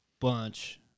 bunch